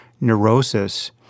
neurosis